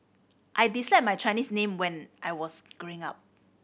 I disliked my Chinese name when I was growing up